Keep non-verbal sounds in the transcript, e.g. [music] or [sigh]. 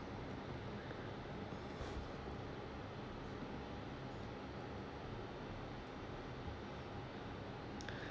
[breath]